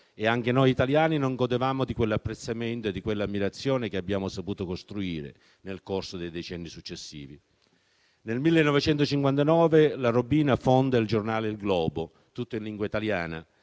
e anche noi italiani non godevamo di quell'apprezzamento e di quell'ammirazione che abbiamo saputo costruire nel corso dei decenni successivi. Nel 1959 Larobina fonda il giornale «Il Globo», tutto in lingua italiana,